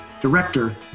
director